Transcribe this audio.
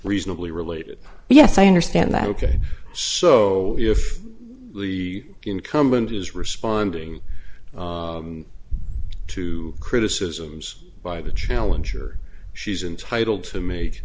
reasonably related yes i understand that ok so if the incumbent is responding to criticisms by the challenger she's entitled to make